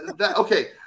okay